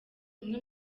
umwe